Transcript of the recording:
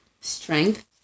strength